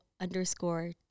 underscore